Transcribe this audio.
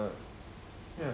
ya